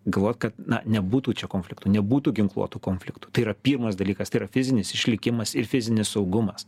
galvot kad nebūtų čia konfliktų nebūtų ginkluotų konfliktų tai yra pirmas dalykas tai yra fizinis išlikimas ir fizinis saugumas